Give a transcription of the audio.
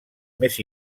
més